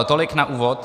Tolik na úvod.